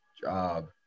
job